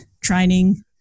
training